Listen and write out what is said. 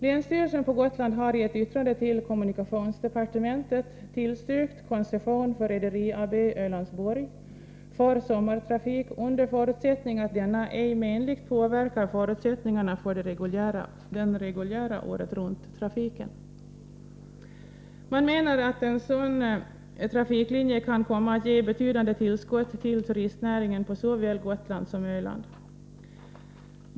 Länsstyrelsen på Gotland har i ett yttrande till kommunikationsdepartementet tillstyrkt koncession för Rederi AB Ölandsborg för sommartrafik, under förutsättning att denna ej menligt påverkar betingelserna för den reguljära åretrunttrafiken. Man menar att en sådan trafiklinje kan komma att ge betydande tillskott till turistnäringen på såväl Gotland som Öland.